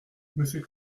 monsieur